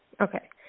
okay